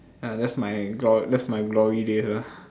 ya that's my glo~ that's my glory days ah